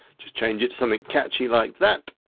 just change it to something catchy like that.